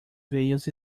veias